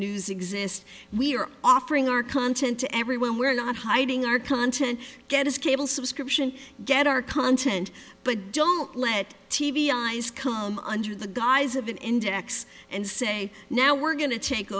news exist we are offering our content to everyone we're not hiding our content get as cable subscription get our content but don't let t v eyes come under the guise of an index and say now we're going to take